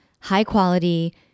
high-quality